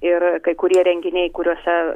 ir kai kurie renginiai kuriuose